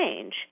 change